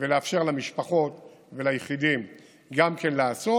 ולאפשר למשפחות וליחידים גם כן לעשות.